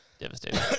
Devastating